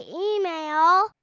email